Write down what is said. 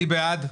מי בעד?